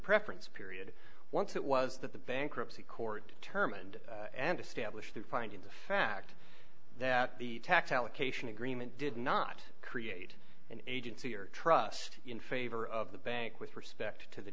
preference period once it was that the bankruptcy court determined and established that finding the fact that the tax allocation agreement did not create an agency or trust in favor of the bank with respect to the